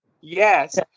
Yes